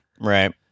Right